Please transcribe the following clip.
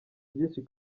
byinshi